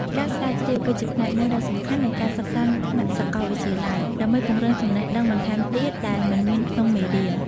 ការស្រាវជ្រាវគឺជាផ្នែកមួយដ៏សំខាន់នៃការសិក្សានៅថ្នាក់សាកលវិទ្យាល័យ ដើម្បីពង្រឹងចំណេះដឹងបន្ថែមទៀតដែលមិនមានក្នុងមេរៀន។